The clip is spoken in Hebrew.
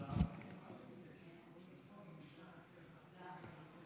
עשר דקות לרשותך.